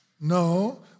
No